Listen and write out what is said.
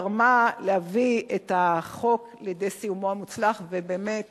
תרמה להביא את החוק לידי סיומו המוצלח, ובאמת